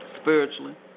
spiritually